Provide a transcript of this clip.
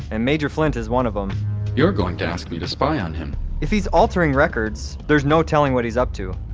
and major flint is one of them you're going to ask me to spy on him if he's altering records, there's no telling what he's up to.